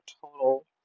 total